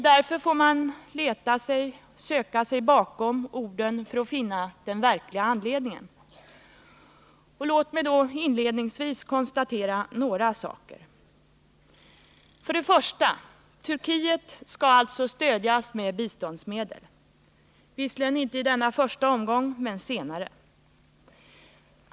Därför får man söka sig bakom orden för att finna den verkliga anledningen. Låt mig då inledningsvis konstatera några saker: För det första: Turkiet skall alltså stödjas med biståndsmedel, visserligen inte i denna första omgång, men senare.